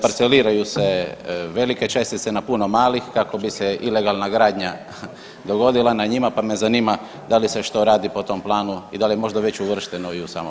Parceliraju se velike čestice na puno malih kao bi se ilegalna gradnja dogodila na njima, pa me zanima da li se što radi po tom planu i da li je možda već uvršteno i u sam ovaj zakon.